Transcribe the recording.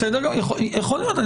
יכול להיות.